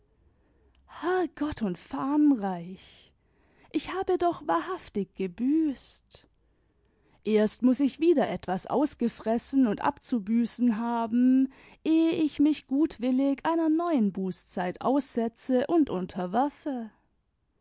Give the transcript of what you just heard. herrgott und fahnenreich ich habe doch wahrhaftig gebüßt erst muß ich wieder etwas ausgefressen und abzubüßen haben ehe ich mich gutwillig einer neuen bußzeit aussetze md unterwerfe